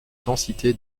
densité